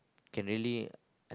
can really